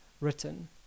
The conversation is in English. written